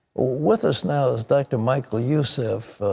with us now is dr. michael youssef.